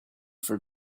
for